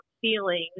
feelings